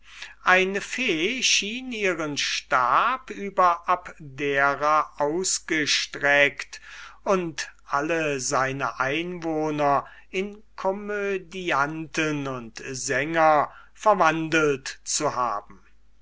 eine fee schien ihren stab über abdera ausgereckt und alle seine einwohner in komödianten und sänger verwandelt zu haben